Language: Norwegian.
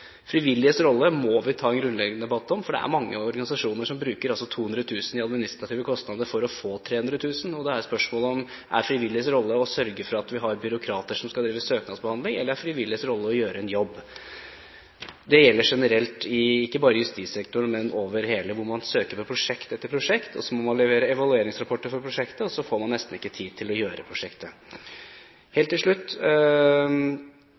Frivilliges rolle må vi ta en grunnleggende debatt om, for det er mange organisasjoner som bruker 200 000 kr i administrative kostnader for å få 300 000 kr. Det er spørsmål om: Er frivilliges rolle å sørge for at vi har byråkrater som skal drive søknadsbehandling, eller er frivilliges rolle å gjøre en jobb? Det gjelder generelt ikke bare i justissektoren, men over det hele, hvor man søker, ved prosjekt etter prosjekt, og så må man levere evalueringsrapporter for prosjektet, og så får man nesten ikke tid til å gjennomføre prosjektet.